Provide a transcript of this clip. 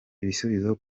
ibisubizo